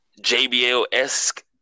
JBL-esque